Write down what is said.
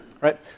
Right